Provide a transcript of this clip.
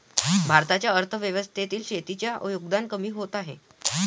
भारताच्या अर्थव्यवस्थेतील शेतीचे योगदान कमी होत आहे